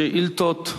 שאילתות דחופות.